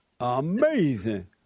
Amazing